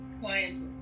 clients